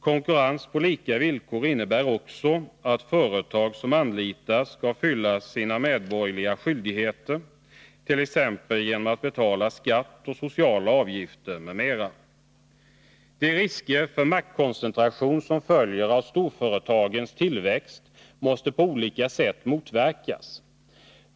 Konkurrens på lika villkor innebär också att företag som anlitas skall fullgöra sina medborgerliga skyldigheter, t.ex. genom att betala skatter och sociala avgifter m.m. De risker för maktkoncentration som följer av storföretagens tillväxt måste på olika sätt motverkas.